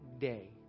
day